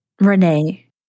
Renee